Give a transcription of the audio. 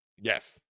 Yes